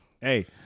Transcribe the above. hey